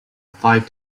five